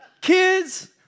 Kids